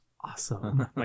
awesome